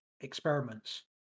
experiments